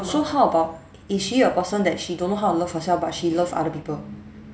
so how about is she a person that she don't know how to love herself but she love other people